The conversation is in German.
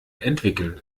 entwickeln